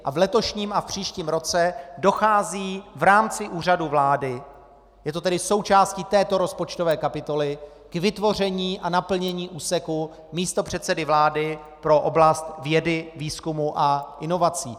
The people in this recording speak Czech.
A v letošním a příštím roce dochází v rámci Úřadu vlády, je to tedy součástí této rozpočtové kapitoly, k vytvoření a naplnění úseku místopředsedy vlády pro oblast vědy, výzkumu a inovací.